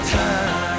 time